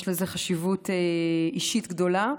יש לזה חשיבות אישית גדולה.